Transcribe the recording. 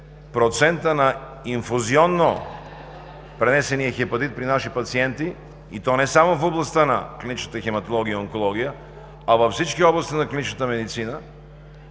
процентът на инфузионно пренесения хепатит при наши пациенти, и то не само в областта на клиничната хематология и онкология, а във всички области на клиничната медицина,